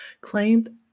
claimed